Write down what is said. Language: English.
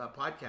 podcast